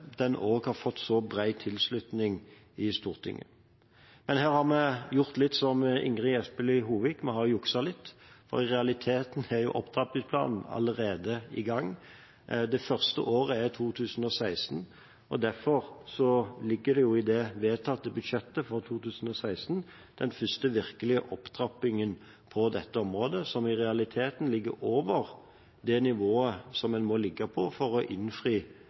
den også har fått så bred tilslutning i Stortinget. Men her har vi gjort litt sånn som Ingrid Espelid Hovig: Vi har juksa litt, for i realiteten er Opptrappingsplanen allerede i gang. Det første året er 2016, og derfor ligger det i det vedtatte budsjettet for 2016 den første virkelige opptrappingen på dette området, som i realiteten ligger over det nivået som en må ligge på for å innfri